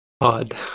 odd